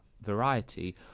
variety